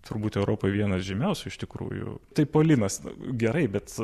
turbūt europoj vienas žymiausių iš tikrųjų tai polinas gerai bet